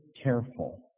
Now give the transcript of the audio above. careful